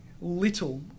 little